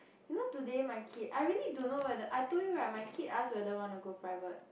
you know today my kid I really don't know whether~ I told you right my kid asked whether want to go private